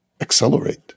accelerate